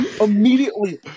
immediately